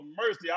mercy